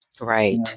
Right